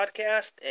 podcast